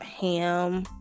ham